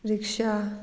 rickshaw